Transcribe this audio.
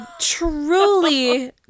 truly